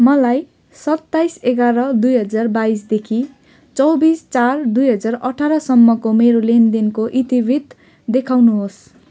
मलाई सत्ताइस एघार दुई हजार बाइसदेखि चौबिस चार दुई हजार अठाह्रसम्मको मेरो लेनदेनको इतिवृत्त देखाउनुहोस्